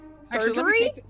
surgery